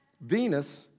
Venus